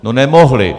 No nemohli!